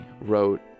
wrote